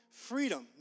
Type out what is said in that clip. Freedom